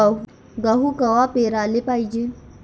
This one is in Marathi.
गहू कवा पेराले पायजे?